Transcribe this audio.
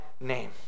name